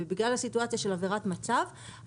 ובגלל הסיטואציה של עבירת מצב,